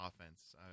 offense